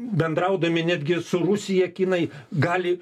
bendraudami netgi su rusija kinai gali